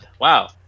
Wow